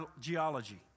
geology